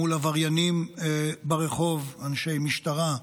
מול עבריינים ברחוב, אנשי משטרה,